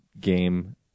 game